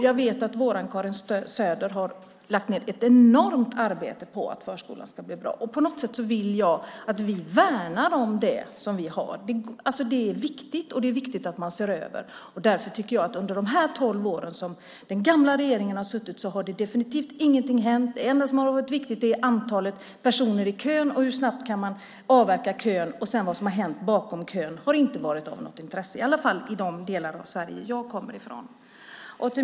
Jag vet att vår Karin Söder har lagt ned ett enormt arbete på att förskolan ska bli bra. På något sätt vill jag att vi värnar om det vi har. Det är viktigt, och det är viktigt att man ser över det. Under de tolv år som den gamla regeringen har suttit har definitivt ingenting hänt. Det enda som har varit viktigt är antalet personer i kön och hur snabbt man kan avverka kön. Vad som har varit bakom kön har inte varit av intresse, i varje fall i de delar av Sverige jag kommer ifrån.